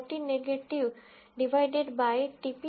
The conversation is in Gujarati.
ખોટી નેગેટીવ ડીવાયડેડ બાય ટી